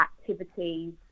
activities